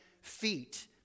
feet